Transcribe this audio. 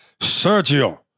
Sergio